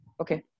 Okay